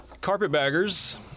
Carpetbaggers